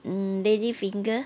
mm lady finger